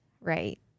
right